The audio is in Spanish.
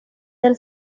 del